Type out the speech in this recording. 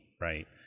right